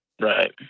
Right